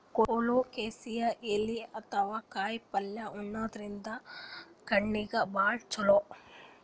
colocasia ಎಲಿ ಅಥವಾ ಕಾಯಿಪಲ್ಯ ಉಣಾದ್ರಿನ್ದ ಕಣ್ಣಿಗ್ ಭಾಳ್ ಛಲೋ